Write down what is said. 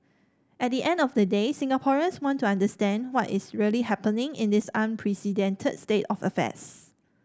at the end of the day Singaporeans want to understand what is really happening in this unprecedented state of affairs